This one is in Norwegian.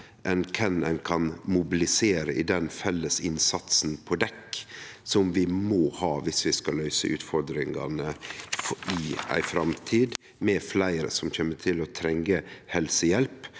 enn kven ein kan mobilisere i den felles innsatsen på dekk som vi må ha viss vi skal løyse utfordringane i ei framtid med fleire som kjem til å trenge helsehjelp,